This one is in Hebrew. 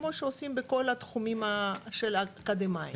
כמו שעושים בכל התחומים של האקדמאיים.